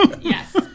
Yes